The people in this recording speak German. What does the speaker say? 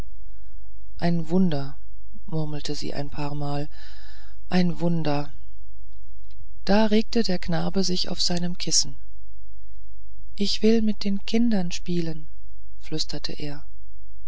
ein wunder murmelte sie ein paarmal ein wunder da regte der knabe sich auf seinem kissen ich will mit den kindern spielen flüsterte er